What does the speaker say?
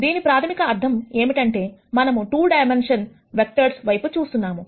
దీని ప్రాథమిక అర్థం ఏమిటంటేమనము 2 డైమెన్షన్ వెక్టర్స్ వైపు చూస్తున్నాము